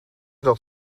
dat